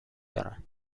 دارن